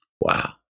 Wow